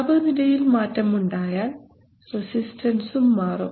താപനിലയിൽ മാറ്റമുണ്ടായാൽ റെസിസ്റ്റൻസും മാറും